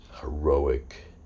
heroic